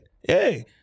Hey